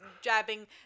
jabbing